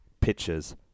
pictures